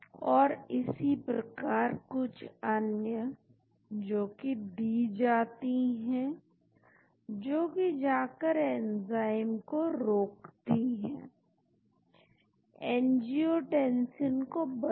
मैं उन मॉलिक्यूल को खोज रहा हूं जिनके पास यह विशेषता है जो मैंने आपको काफी समय पहले जिंक या फार्मा कोर का इस्तेमाल करके दिखाई थी मैं अभी OH OH ग्रुप चाहता हूं जो मैंने आपको अभी कुछ दूरी पर दिखाया या मैं उन मॉलिक्यूल को छांटना चाहता हूं जिनके पास एक खास आयतन या क्षेत्रफल है या वे मॉलिक्यूल जो सिर्फ एडीएमई ड्रग समानता को संतुष्ट करते हैं